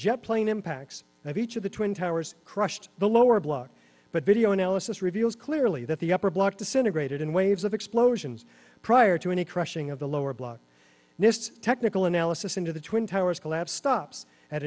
jet plane impacts of each of the twin towers crushed the lower block but video analysis reveals clearly that the upper block disintegrated in waves of explosions prior to any crushing of the lower block nist technical analysis into the twin towers collapse stops at